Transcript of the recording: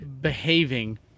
behaving